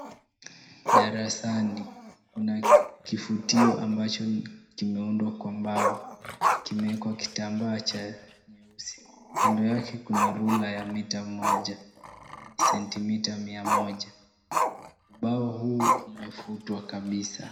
Darasani kuna kifutio ambacho kimeundwa kwa mbao. Kimeekwa kitambaa cha nyeusi. Kimeekwa kwa rula ya mita moja, yaani centimita mia moja. Ubao huu imefutwa kabisa.